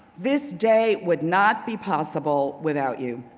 this day would not be possible without you.